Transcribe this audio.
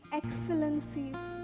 excellencies